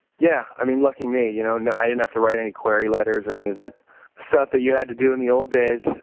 yeah. i mean, lucky me. you know know, i didn't have to write any query letters or any of that stuff that you had to do in the old days.